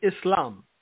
Islam